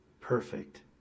perfect